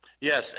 Yes